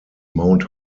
mount